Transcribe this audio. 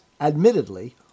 admittedly